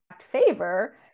favor